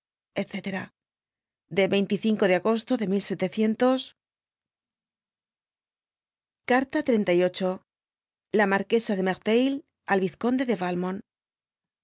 mrece de de agosto de carta x la marquesa de merteml al vinde de